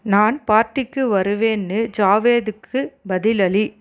நான் பார்ட்டிக்கு வருவேன்னு ஜாவேதுக்குப் பதிலளி